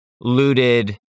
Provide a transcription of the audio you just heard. looted